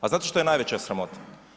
A znate što je najveća sramota?